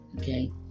Okay